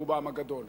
ברובם הגדול.